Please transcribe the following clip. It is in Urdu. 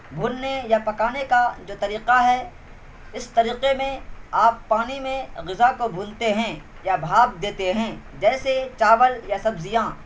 بھوننے یا پکانے کا جو طریقہ ہے اس طریقے میں آپ پانی میں غذا کو بھونتے ہیں یا بھاپ دیتے ہیں جیسے چاول یا سبزیاں